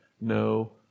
no